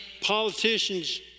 Politicians